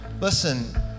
Listen